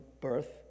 birth